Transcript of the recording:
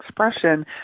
expression